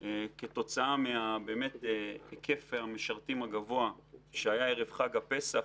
כתוצאה מכמות המשרתים הגבוהה שהייתה בערב חג הפסח,